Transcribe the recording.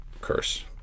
curse